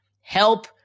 Help